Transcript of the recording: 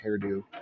hairdo